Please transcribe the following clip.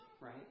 right